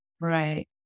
right